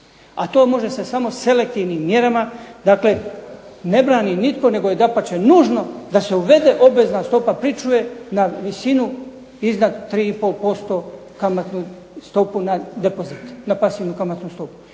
a to može se samo selektivnim mjerama. Dakle, ne brani nitko nego je dapače nužno da se uvede obvezna stopa pričuve na visinu iznad 3,5% kamatnu stopu na depozit, na pasivnu kamatnu stopu.